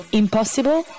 impossible